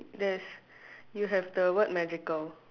there's you have the word magical